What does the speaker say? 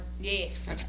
Yes